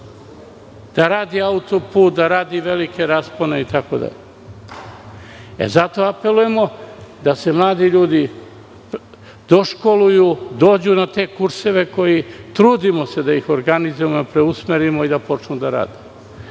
da radi autoput, da radi velike raspone itd. Zato apelujemo da se mladi ljudi doškoluju, dođu na te kurseve za koje se trudimo da ih organizujemo, da ih preusmerimo i da počnu da